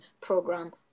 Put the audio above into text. program